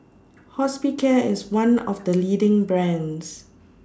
Hospicare IS one of The leading brands